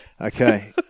Okay